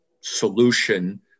solution